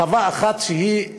חווה אחת בלבד,